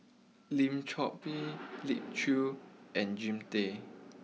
Lim Chor Pee Elim Chew and Jean Tay